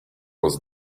was